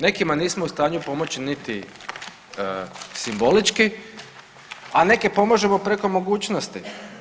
Nekima nismo u stanju pomoći niti simbolički, a neke pomažemo preko mogućnosti.